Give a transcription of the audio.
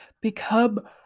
become